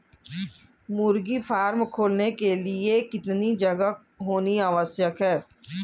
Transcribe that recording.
मुर्गी फार्म खोलने के लिए कितनी जगह होनी आवश्यक है?